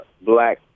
black